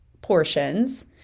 portions